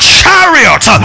chariot